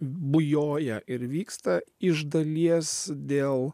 bujoja ir vyksta iš dalies dėl